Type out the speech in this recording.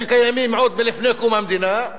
שקיימים עוד מלפני קום המדינה.